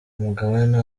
mugabane